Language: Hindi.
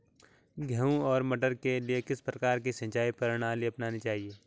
गेहूँ और मटर के लिए किस प्रकार की सिंचाई प्रणाली अपनानी चाहिये?